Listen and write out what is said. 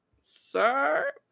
sir